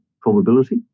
probability